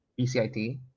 BCIT